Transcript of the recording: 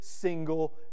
single